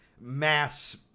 mass